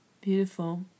beautiful